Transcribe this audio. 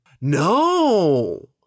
No